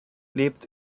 lebt